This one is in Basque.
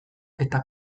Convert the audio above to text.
eta